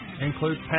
includes